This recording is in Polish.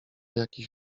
jakiś